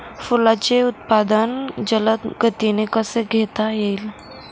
फुलांचे उत्पादन जलद गतीने कसे घेता येईल?